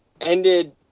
ended